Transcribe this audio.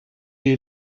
est